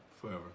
Forever